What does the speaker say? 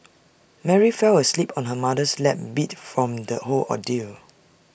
Mary fell asleep on her mother's lap beat from the whole ordeal